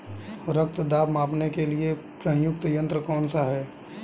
रक्त दाब मापने के लिए प्रयुक्त यंत्र कौन सा है?